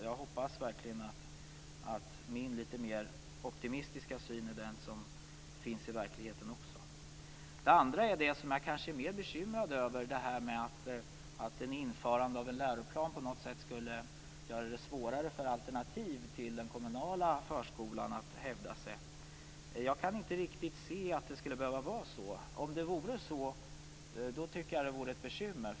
Jag hoppas verkligen att min litet mer optimistiska syn är den som bäst överensstämmer med verkligheten. Sedan är jag kanske litet mer bekymrad över detta att ett införande av läroplan på något sätt skulle göra det svårare för alternativ till den kommunala förskolan att hävda sig. Jag kan inte riktigt se att det skulle behöva att vara så. Om det vore så, då vore det ett bekymmer.